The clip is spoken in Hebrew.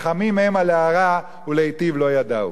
"חכמים המה להרע ולהיטיב לא ידעו".